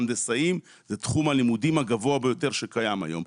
ההנדסאים זה תחום הלימודים הגבוה ביותר שקיים היום.